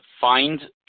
find